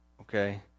okay